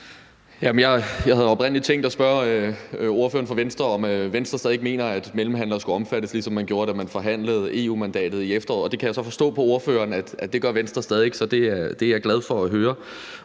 Jeg havde oprindelig tænkt at spørge ordføreren fra Venstre, om Venstre stadig væk mener, at mellemhandlere skulle omfattes, ligesom man gjorde, da man forhandlede EU-mandatet i efteråret. Og det kan jeg så forstå på ordføreren at Venstre stadig gør, så det er jeg glad for at høre.